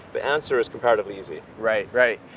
the answer is comparatively easy. right, right.